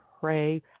pray